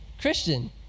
Christian